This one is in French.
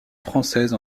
française